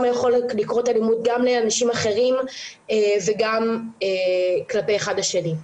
יכולה לקרות אלימות גם לאנשים אחרים וגם אחד כלפי השני.